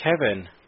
Kevin